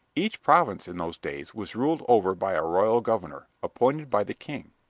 each province in those days was ruled over by a royal governor appointed by the king.